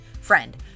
Friend